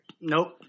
Nope